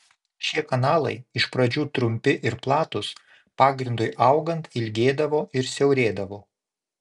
šie kanalai iš pradžių trumpi ir platūs pagrindui augant ilgėdavo ir siaurėdavo